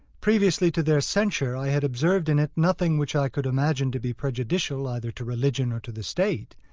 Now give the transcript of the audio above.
previously to their censure i had observed in it nothing which i could imagine to be prejudicial either to religion or to the state,